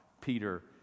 Peter